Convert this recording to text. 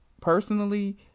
personally